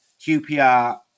QPR